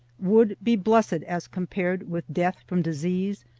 would be blessed as compared with death from disease,